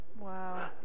Wow